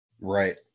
Right